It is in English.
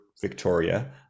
Victoria